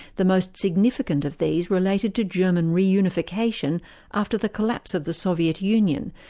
the most significant of these related to german reunification after the collapse of the soviet union,